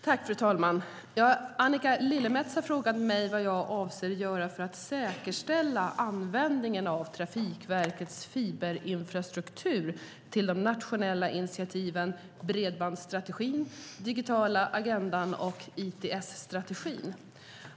Fru talman! Annika Lillemets har frågat mig vad jag avser att göra för att säkerställa användningen av Trafikverkets fiberinfrastruktur till de nationella initiativen Bredbandsstrategin, Digitala agendan och ITS-strategin.